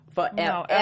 Forever